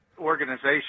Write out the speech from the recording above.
organization